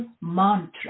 mantra